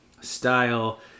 style